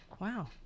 Wow